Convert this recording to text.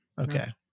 Okay